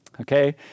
Okay